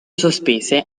sospese